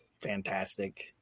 fantastic